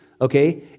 okay